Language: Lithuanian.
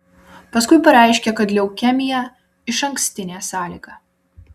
paskui pareiškė kad leukemija išankstinė sąlyga